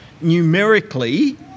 numerically